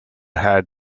had